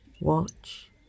Watch